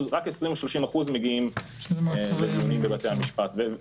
רק 20%, 30% מגיעים לדיונים בבתי המשפט.